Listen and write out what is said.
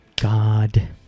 God